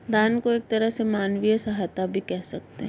दान को एक तरह से मानवीय सहायता भी कह सकते हैं